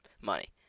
money